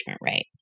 rate